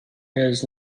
has